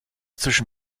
zwischen